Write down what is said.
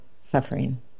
suffering